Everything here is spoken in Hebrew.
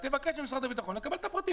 תקבל ממשרד הביטחון ותקבל את הפרטים.